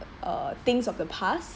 uh things of the past